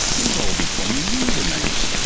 we've all become user names,